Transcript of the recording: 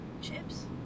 Chips